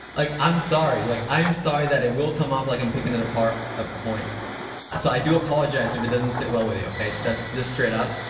like, i'm sorry, like, i am sorry that it will come off like i'm picking it apart of points so i do apologize if it doesn't sit well with you, okay? that's just straight up.